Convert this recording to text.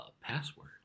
password